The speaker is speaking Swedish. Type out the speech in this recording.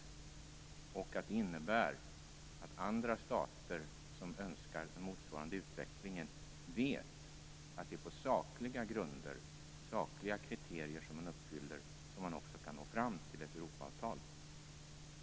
Jag hoppas att det innebär att andra stater som önskar en motsvarande utveckling vet att det är på sakliga grunder, med hjälp av sakliga kriterier som man uppfyller, som man också kan nå fram till ett Europaavatal.